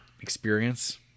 experience